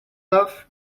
love